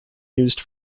used